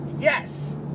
Yes